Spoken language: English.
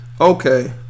Okay